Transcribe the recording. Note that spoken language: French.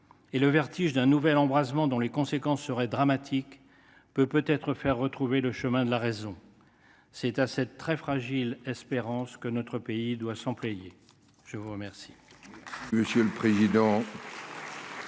Et le vertige d’un nouvel embrasement dont les conséquences seraient dramatiques peut, sans doute, faire retrouver le chemin de la raison. C’est à cette très fragile espérance que notre pays doit se raccrocher.